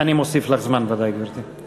אני מוסיף לך זמן, ודאי, גברתי.